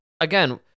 again